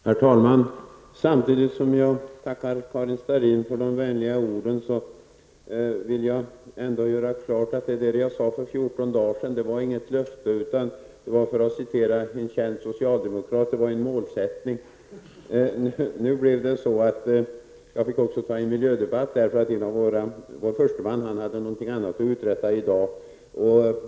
Herr talman! Samtidigt som jag tackar Karin Starrin för de vänliga orden vill jag göra klart att det som jag sade för 14 dagar sedan inte var något löfte utan -- för att apostrofera en känd socialdemokrat -- en målsättning. Jag fick gå in i en miljödebatt därför att vår huvudföreträdare hade något annat att uträtta i dag.